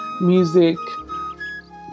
music